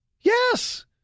Yes